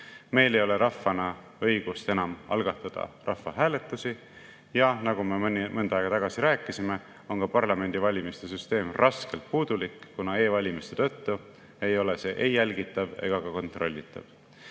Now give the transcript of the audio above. Meil ei ole rahvana õigust enam algatada rahvahääletusi. Nagu me mõnda aega tagasi rääkisime, on ka parlamendivalimiste süsteem raskelt puudulik, kuna e‑valimiste tõttu ei ole see ei jälgitav ega ka kontrollitav.